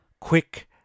quick